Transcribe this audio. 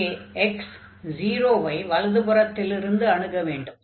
இங்கே x 0 ஐ வலதுப் புறத்திலிருந்து அணுக வேண்டும்